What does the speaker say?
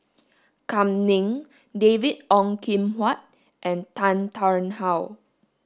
Kam Ning David Ong Kim Huat and Tan Tarn How